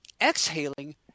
exhaling